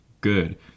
good